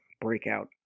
breakout